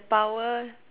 power